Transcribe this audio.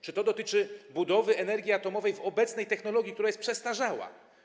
Czy dotyczy to budowy energii atomowej w obecnej technologii, która jest przestarzała?